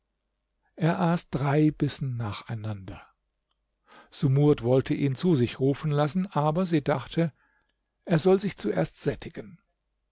er aß drei bissen nacheinander sumurd wollte ihn zu sich rufen lassen aber sie dachte er soll sich zuerst sättigen